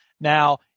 Now